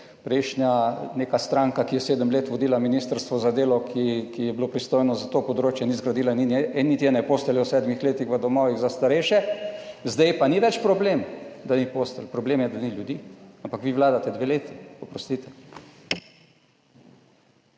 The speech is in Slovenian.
prejšnja neka stranka, ki je 7 let vodila Ministrstvo za delo, ki je bilo pristojno za to področje, ni zgradila niti ene postelje v 7 letih v domovih za starejše. Zdaj pa ni več problem, da ni postelj, problem je, da ni ljudi. Ampak vi vladate dve leti, oprostite.